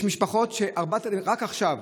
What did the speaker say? יש משפחות שבהן רק עכשיו,